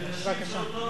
כשנשים שולטות אנחנו לא,